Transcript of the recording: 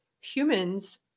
Humans